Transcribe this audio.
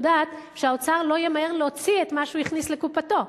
יודעת שהאוצר לא ימהר להוציא את מה שהוא הכניס לקופתו.